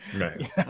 Right